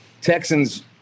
Texans